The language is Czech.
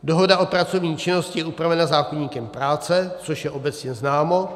Dohoda o pracovní činnosti je upravena zákoníkem práce, což je obecně známo.